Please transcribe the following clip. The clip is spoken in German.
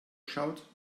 schaut